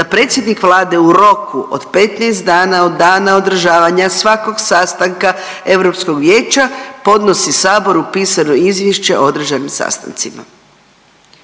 da predsjednik Vlade u roku od 15 dana od dana održavanja svakog sastanka Europskog vijeća podnosi saboru pisano izvješće o održanim sastancima.